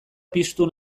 piztu